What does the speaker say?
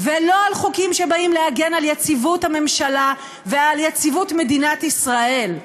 ולא על חוקים שנועדו להגן על יציבות הממשלה ועל יציבות מדינת ישראל,